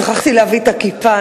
שכחתי להביא את הכיפה.